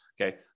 Okay